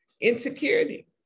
insecurity